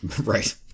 Right